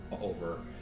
over